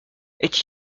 est